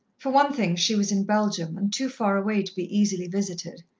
for one thing, she was in belgium and too far away to be easily visited,